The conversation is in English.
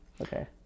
okay